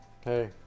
hey